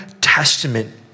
Testament